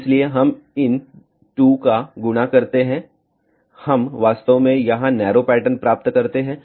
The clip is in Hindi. इसलिए हम इन 2 को गुणा करते हैं हम वास्तव में यहां नैरो पैटर्न प्राप्त करते हैं